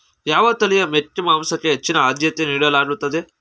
ಯಾವ ತಳಿಯ ಮೇಕೆ ಮಾಂಸಕ್ಕೆ ಹೆಚ್ಚಿನ ಆದ್ಯತೆ ನೀಡಲಾಗುತ್ತದೆ?